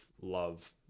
love